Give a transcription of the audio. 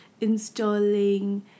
installing